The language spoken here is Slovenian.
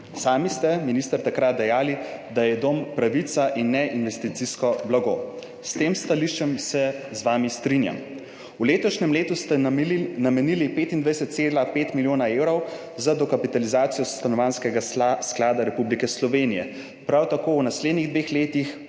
Sami ste, minister, takrat dejali, da je dom pravica in ne investicijsko blago. S tem vašim stališčem se strinjam. V letošnjem letu ste namenili 25,5 milijona evrov za dokapitalizacijo Stanovanjskega sklada Republike Slovenije, prav tako v naslednjih dveh letih